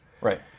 Right